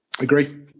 Agree